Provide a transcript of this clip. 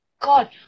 god